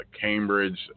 Cambridge